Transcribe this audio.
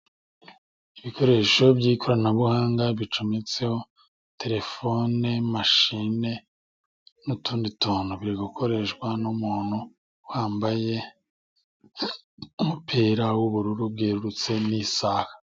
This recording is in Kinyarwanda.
Ibikoresho by'ikoranabuhanga bicometseho telefone mashine n'utundi tuntu, biri gukoreshwa n'umuntu wambaye umupira w'ubururu bwererutse n'isaha.